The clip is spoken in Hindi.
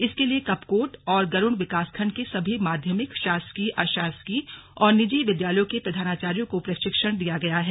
इसके लिए कपकोट और गरुड़ विकासखंड के सभी माध्यमिक शासकीय अशासकीय और निजी विद्यालयों के प्रधानाचार्यो को प्रशिक्षण दिया गया है